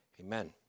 Amen